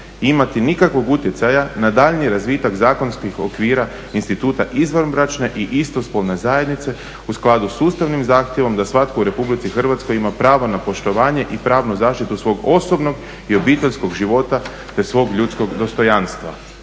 imati nikakvog utjecaja na daljnji razvitak zakonskih okvira instituta izvanbračne i istospolne zajednice u skladu s Ustavnim zahtjevom da svatko u RH ima pravo na poštovanje i pravnu zaštitu svog osobnog i obiteljskog života te svog ljudskog dostojanstva.